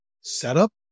setup